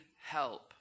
help